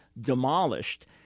demolished